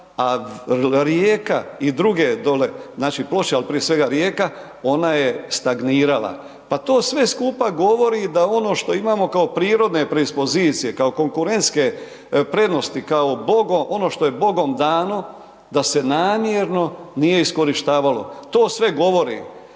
a Rijeka i druge dole, znači Ploče, ali prije svega Rijeka, ona je stagnirala. Pa to sve skupa govori, da ono što imamo kao prirodne predispozicije, kao konkurentske prednosti, kao ono što je bogom dano da se namjerno nije iskorištavalo. To sve govori,